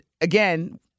again